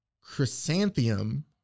Chrysanthemum